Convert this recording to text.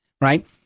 right